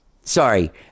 sorry